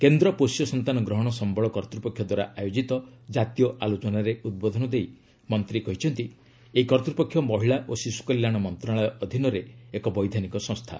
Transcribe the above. କେନ୍ଦ୍ର ପୋଷ୍ୟ ସନ୍ତାନ ଗ୍ରହଣ ସମ୍ଭଳ କର୍ତ୍ତପକ୍ଷ ଦ୍ୱାରା ଆୟୋଜିତ କ୍କାତୀୟ ଆଲୋଚନାରେ ଉଦ୍ବୋଧନ ଦେଇ ମନ୍ତ୍ରୀ କହିଛନ୍ତି ଏହି କର୍ତ୍ତୂପକ୍ଷ ମହିଳା ଓ ଶିଶୁ କଲ୍ୟାଣ ମନ୍ତ୍ରଣାଳୟ ଅଧୀନରେ ଏକ ବୈଧାନିକ ସଂସ୍ଥା